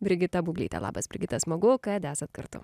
brigita bublytė labas brigita smagu kad esat kartu